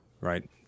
Right